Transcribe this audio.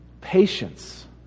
patience